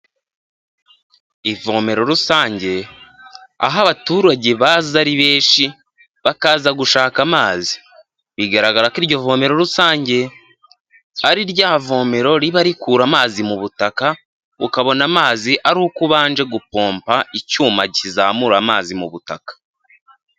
Ivomero rusange, aho abaturage baza ari benshi, bakaza gushaka amazi, bigaragara ko iryo vomero rusange ari rya vomero riba rikura amazi mu butaka, ukabona amazi aruko ubanje gupompa icyuma, kizamura amazi mu butaka.